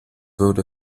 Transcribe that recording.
würde